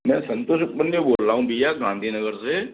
मैं संतोष बंदे बोल रहा हूँ भैया गांधीनगर से